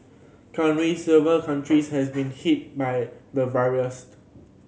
currently several countries has been hit by the virus